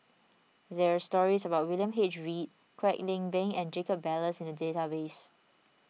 there are stories about William H Read Kwek Leng Beng and Jacob Ballas in the database